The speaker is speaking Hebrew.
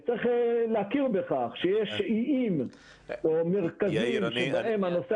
צריך להכיר בכך שיש איים או מרכזים שבהם הנושא